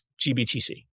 Gbtc